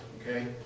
okay